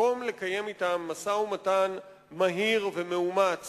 במקום לקיים אתם משא-ומתן מהיר ומאומץ